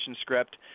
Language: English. script